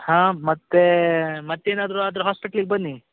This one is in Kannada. ಹಾಂ ಮತ್ತು ಮತ್ತೇನಾದ್ರು ಆದರೆ ಹಾಸ್ಪಿಟ್ಲಿಗೆ ಬನ್ನಿ